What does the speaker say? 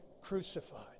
crucified